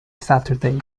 saturday